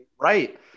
Right